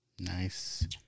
Nice